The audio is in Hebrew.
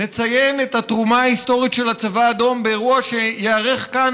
נציין את התרומה ההיסטורית של הצבא האדום באירוע שייערך כאן,